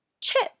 chip